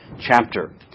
chapter